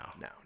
no